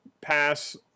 pass